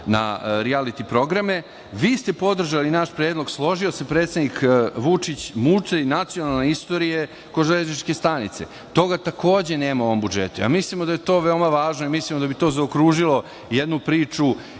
na rijaliti programe. Vi ste podržali naš predlog. Složio se predsednik Vučić, za muzej nacionalne istorije kod železničke stanice. Toga takođe nema u ovom budžetu. Mislimo da je to veoma važno i mislimo da bi to zaokružilo jednu priču,